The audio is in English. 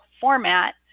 format